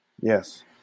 Yes